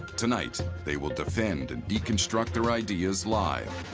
tonight, they will defend and deconstruct their ideas live.